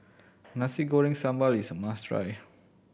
Nasi Goreng Sambal is a must try